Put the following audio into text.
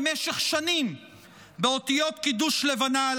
הקיר במשך שנים באותיות קידוש לבנה.